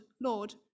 lord